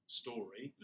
story